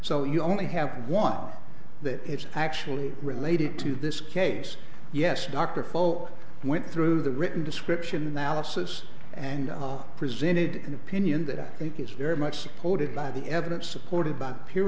so you only have one that actually related to this case yes dr foale went through the written description that assists and all presented an opinion that i think is very much supported by the evidence supported by